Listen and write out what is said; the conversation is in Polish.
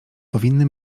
powinny